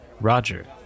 roger